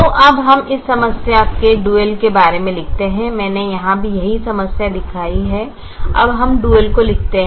तो अब हम इस समस्या के डुअल के बारे में लिखते हैं मैंने यहाँ भी यही समस्या दिखाई है अब हम डुअल को लिख सकते हैं